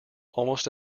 almost